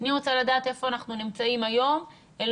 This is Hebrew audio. אני רוצה לדעת איפה אנחנו נמצאים היום אל